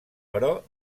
però